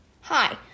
Hi